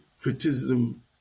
criticism